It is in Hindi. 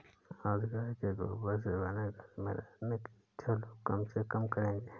आज गाय के गोबर से बने घर में रहने की इच्छा लोग कम से कम करेंगे